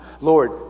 Lord